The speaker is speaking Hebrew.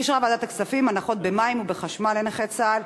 אישרה ועדת הכספים הנחות בתשלומים על מים וחשמל לנכי צה"ל.